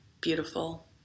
beautiful